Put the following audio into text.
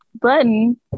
button